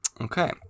Okay